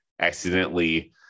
accidentally